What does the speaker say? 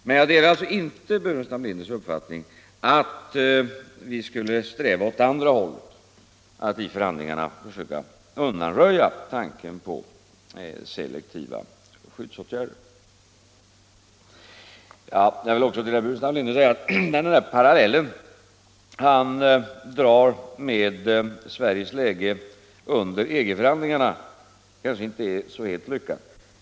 Men jag delar alltså inte herr Burenstam Linders uppfattning att vi skulle sträva åt andra hållet och vid förhandlingarna försöka undanröja tanken på selektiva skyddsåtgärder. Jag vill också säga till herr Burenstam Linder att den parallell han drar med Sveriges läge under EG-förhandlingarna kanske inte är helt lyckad.